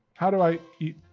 how do i eat?